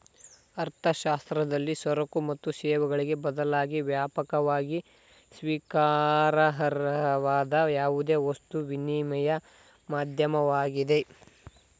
ಅರ್ಥಶಾಸ್ತ್ರದಲ್ಲಿ ಸರಕು ಮತ್ತು ಸೇವೆಗಳಿಗೆ ಬದಲಾಗಿ ವ್ಯಾಪಕವಾಗಿ ಸ್ವೀಕಾರಾರ್ಹವಾದ ಯಾವುದೇ ವಸ್ತು ವಿನಿಮಯ ಮಾಧ್ಯಮವಾಗಿದೆ